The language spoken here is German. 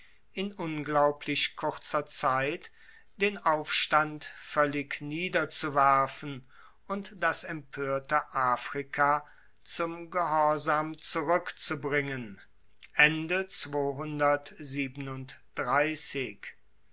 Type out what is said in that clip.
in unglaublich kurzer zeit den aufstand voellig niederzuwerfen und das empoerte afrika zum gehorsam zurueckzubringen